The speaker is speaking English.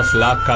love